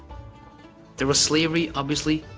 there was slavery, obviously,